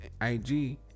ig